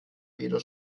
weder